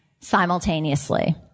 simultaneously